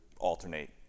alternate